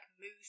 moose